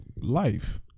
life